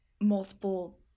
multiple